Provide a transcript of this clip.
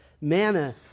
manna